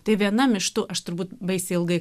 tai vienam iš tų aš turbūt baisiai ilgai